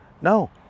no